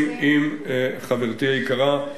חברתי היקרה,